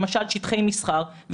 למשל שטחי מסחר,